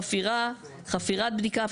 חפירת בדיקה,